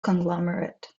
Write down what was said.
conglomerate